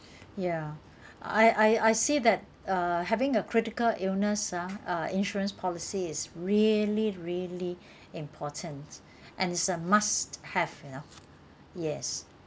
ya I I I see that uh having a critical illness ah uh insurance policy is really really important and it's a must have you know yes